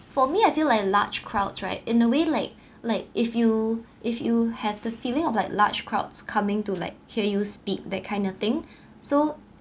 for me I feel like large crowds right in a way like like if you if you have the feeling of like large crowds coming to like hear you speak that kind of thing so